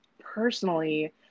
personally